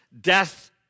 death